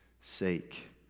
sake